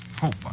hope